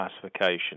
classification